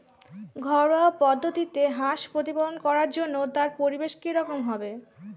ঘরোয়া পদ্ধতিতে হাঁস প্রতিপালন করার জন্য তার পরিবেশ কী রকম হবে?